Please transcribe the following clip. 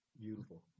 Beautiful